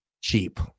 cheap